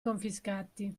confiscati